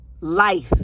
Life